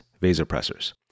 vasopressors